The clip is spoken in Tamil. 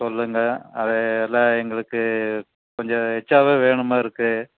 சொல்லுங்கள் அது எல்லாம் எங்களுக்கு கொஞ்சம் எஸ்ட்ராவாக வேணுமாக இருக்குது